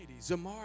Zamar